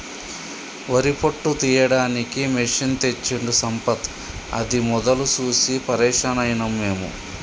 వరి పొట్టు తీయడానికి మెషిన్ తెచ్చిండు సంపత్ అది మొదలు చూసి పరేషాన్ అయినం మేము